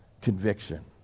Conviction